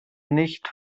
nicht